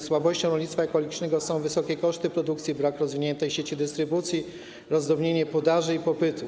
Słabością rolnictwa ekologicznego są wysokie koszty produkcji, brak rozwiniętej sieci dystrybucji, rozdrobnienie podaży i popytu.